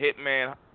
Hitman